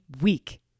week